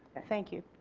thank you.